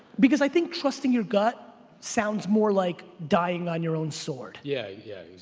because i think trusting your gut sounds more like dying on your own sword. yeah yeah